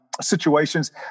situations